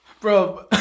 Bro